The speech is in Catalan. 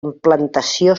implantació